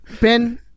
Ben